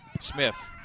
Smith